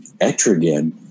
Etrigan